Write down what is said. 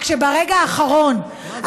רק שברגע האחרון,